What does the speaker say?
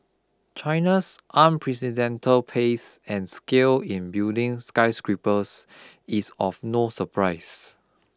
China's unprecedented pace and scale in building skyscrapers is of no surprise